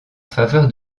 faveur